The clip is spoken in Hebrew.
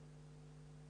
התש"ף.